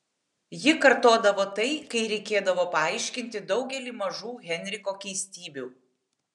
ji kartodavo tai kai reikėdavo paaiškinti daugelį mažų henriko keistybių